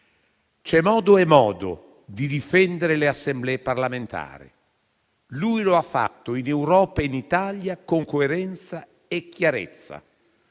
C'è modo e modo di difendere le Assemblee parlamentari: lui lo ha fatto, in Europa e in Italia, con coerenza e chiarezza,